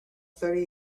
thirty